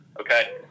Okay